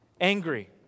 Angry